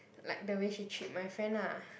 like the way she treat my friend lah